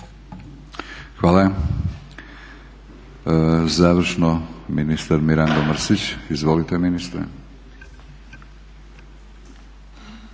Hvala. Završno, ministar Mirando Mrsić. Izvolite ministre.